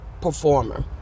performer